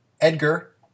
Edgar